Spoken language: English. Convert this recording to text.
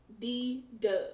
D-Dub